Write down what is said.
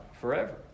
forever